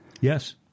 Yes